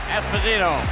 Esposito